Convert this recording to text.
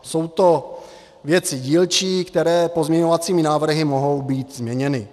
Jsou to věci dílčí, které pozměňovacími návrhy mohou být změněny.